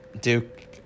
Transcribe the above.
Duke